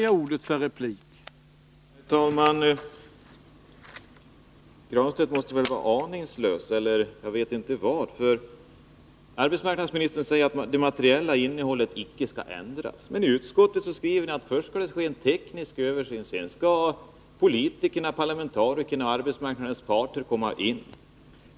Herr talman! Pär Granstedt måste vara aningslös, eller jag vet inte vad, för arbetsmarknadsministern säger ju att det materiella innehållet i lagen icke skall ändras. Men i betänkandet skriver utskottsmajoriteten att först skall en teknisk översyn ske och sedan skall politikerna, parlamentarikerna, och arbetsmarknadens parter komma in.